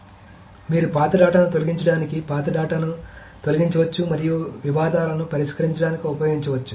కాబట్టి మీరు పాత డేటాను తొలగించడానికి పాత డేటాను తొలగించవచ్చు మరియు వివాదాలను పరిష్కరించడానికి ఉపయోగించవచ్చు